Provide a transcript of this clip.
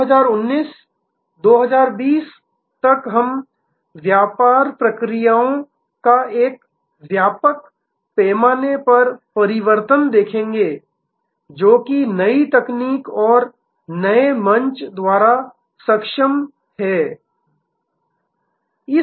2019 2020 तक हम व्यापार प्रक्रियाओं का एक व्यापक पैमाने पर परिवर्तन देखेंगे जो नई तकनीक और नए मंच द्वारा सक्षम हैं